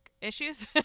issues